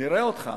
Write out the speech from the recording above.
נראה אותך